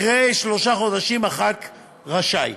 אחרי שלושה חודשים חבר הכנסת רשאי.